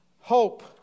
hope